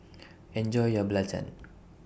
Enjoy your Belacan